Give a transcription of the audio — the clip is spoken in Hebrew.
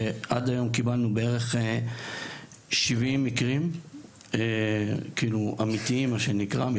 שעד היום קיבלנו בערך 70 מקרים אמיתיים וקונקרטיים,